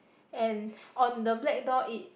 and on the black door it